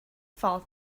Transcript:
fall